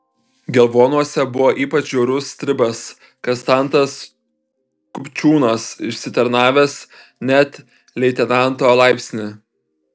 gelvonuose buvo ypač žiaurus stribas kastantas kupčiūnas išsitarnavęs net leitenanto laipsnį